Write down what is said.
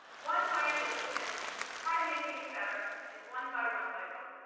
one way that we can try to make things better is one by one by one.